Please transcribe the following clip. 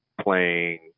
playing